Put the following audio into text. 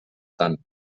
tant